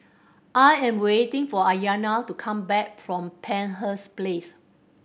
I am waiting for Ayana to come back from Penshurst Place